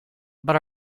but